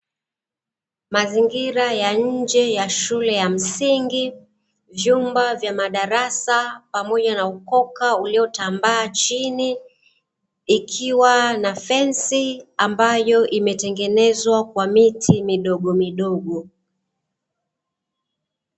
Mazingira ya nje ya shule ya msingi, vyumba vya madarasa pamoja na ukoka uliotambaa chini, ikiwa na fensi ambayo imetengenezwa kwa miti midogo midogo.